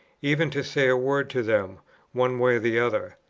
even to say a word to them one way or the other?